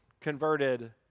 converted